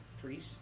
trees